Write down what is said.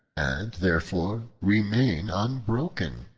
and therefore remain unbroken,